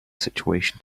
situation